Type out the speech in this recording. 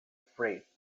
freight